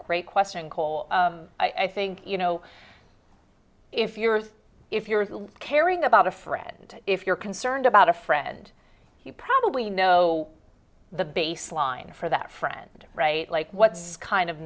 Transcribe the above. great question cole i think you know if you're if you're caring about a friend if you're concerned about a friend you probably know the baseline for that friend right like what's kind of